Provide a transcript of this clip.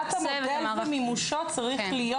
בניית המודל ומימושו צריך להיות